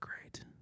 great